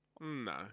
No